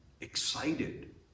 excited